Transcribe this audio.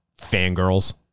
fangirls